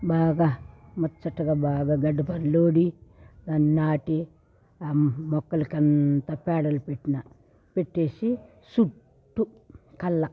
బాగా ముచ్చటగా బాగా గడ్డిపరలోడి దాని నాటి మొక్కలకంతా పేడలు పెట్టిన పెట్టేసి సూట్టు కల్లా